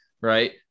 Right